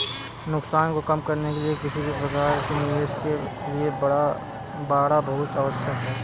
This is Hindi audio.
नुकसान को कम करने के लिए किसी भी प्रकार के निवेश के लिए बाड़ा बहुत आवश्यक हैं